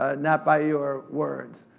ah not by your words.